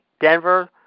Denver